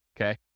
Okay